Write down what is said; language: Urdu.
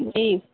جی